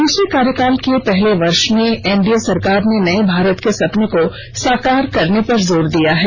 दूसरे कार्यकाल के पहले वर्ष में एनडीए सरकार ने नए भारत के सपने को साकार करने पर जोर दिया है